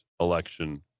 election